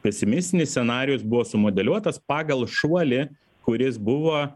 pesimistinis scenarijus buvo sumodeliuotas pagal šuolį kuris buvo